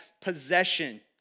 possession